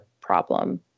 problem